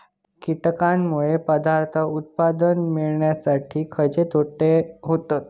कीटकांनमुळे पदार्थ उत्पादन मिळासाठी खयचे तोटे होतत?